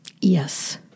Yes